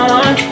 on